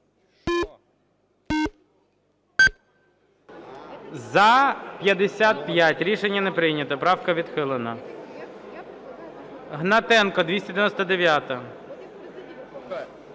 За-55 Рішення не прийнято. Правка відхилена. Гнатенко, 299-а.